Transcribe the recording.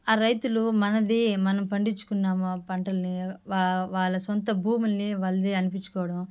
ఆ రైతులు మనది మనం పండించుకున్నము పంటలు వా వాళ్ళ సొంత భూములని వాళ్ళది అనిపించుకోవడం